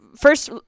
first